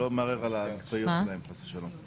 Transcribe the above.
לא מערער על המקצועיות שלהם, חס ושלום.